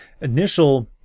initial